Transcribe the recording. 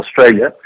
Australia